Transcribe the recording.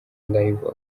live